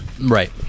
right